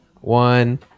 one